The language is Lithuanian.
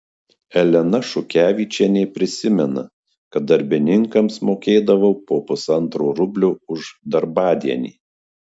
elena šukevičienė prisimena kad darbininkams mokėdavo po pusantro rublio už darbadienį